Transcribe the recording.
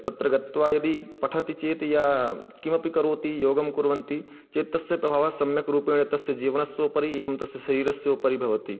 तत्र गत्वा यदि पठन्ति चेत् यत् किमपि करोति योगं कुर्वन्ति चेत् तस्य प्रभावः सम्यक् रूपेण तस्य जीवनस्योपरि एवं तस्य शरीरस्य उपरि भवति